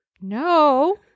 No